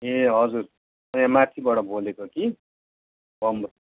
ए हजुर यहाँ माथिबाट बोलेको कि बम ब